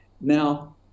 Now